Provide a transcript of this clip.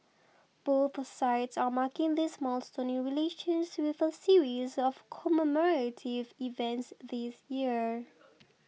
both sides are marking this milestone in relations with a series of commemorative events this year